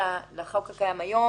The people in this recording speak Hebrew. זה בדיוק מה שאנחנו אומרים.